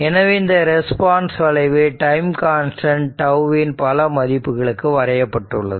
எனவே இந்த ரெஸ்பான்ஸ் வளைவு டைம் கான்ஸ்டன்ட் τ வின் பல மதிப்புகளுக்கு வரையப்பட்டுள்ளது